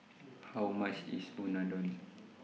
How much IS Unadon